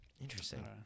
interesting